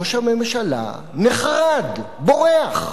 ראש הממשלה נחרד, בורח.